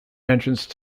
entrance